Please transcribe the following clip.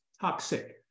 toxic